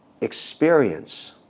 experience